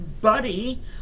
buddy